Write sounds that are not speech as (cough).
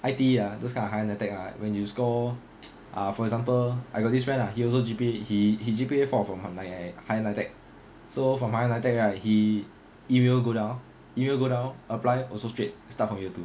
I_T_E ah those kind of higher NITEC ah when you score (noise) ah for example I got this friend lah he also G_P_A he he G_P_A four point nine higher NITEC so for higher NITEC right he email go down email go down apply also straight start from year two